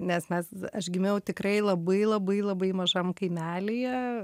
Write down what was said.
nes mes aš gimiau tikrai labai labai labai mažam kaimelyje